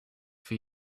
for